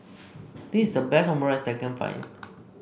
this is the best Omurice that I can find